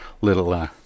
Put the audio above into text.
little